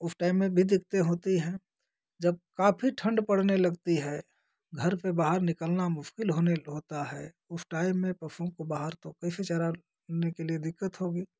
उस टाइम में दिक्कतें होती हैं जब काफ़ी ठंड पड़ने लगती है घर से बाहर निकलना मुश्किल होनेल होता है उस टाइम में पशुओं को बाहर तो कैसे चराने के लिए दिक्कत होगी